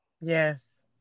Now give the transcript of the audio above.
Yes